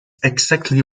exactly